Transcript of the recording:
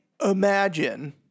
imagine